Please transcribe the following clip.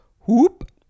Whoop